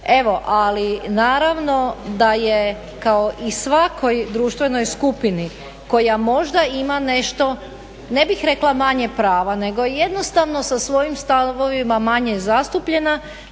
Evo, ali naravno da je kao i svakoj društvenoj skupini koja možda ima nešto, ne bih rekla manje prava nego jednostavno sa svojim stavovima manje zastupljena